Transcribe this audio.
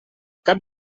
cap